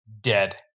Dead